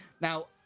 Now